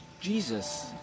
Jesus